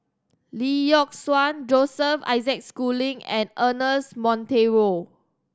Lee Yock Suan Joseph Isaac Schooling and Ernest Monteiro